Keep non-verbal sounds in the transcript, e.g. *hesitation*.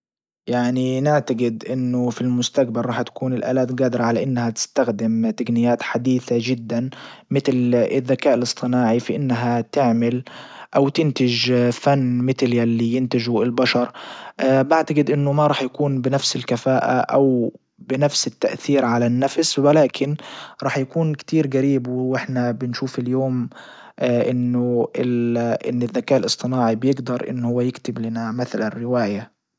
يعني نعتجد انه في المستقبل راح تكون الالات جادرة على انها تستخدم تجنيات حديثة جدا متل الذكاء الاصطناعي في انها تعمل او تنتج فن متل يلي ينتجه البشر *hesitation* بعتجد انه ما رح يكون بنفس الكفاءة او بنفس التأثير على النفس ولكن رح يكون كتير جريب واحنا بنشوف اليوم انه *hesitation* الذكاء الاصطناعي بيجدر ان هو يكتب لنا مثلا رواية.